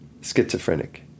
schizophrenic